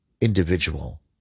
individual